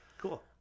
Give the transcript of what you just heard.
Cool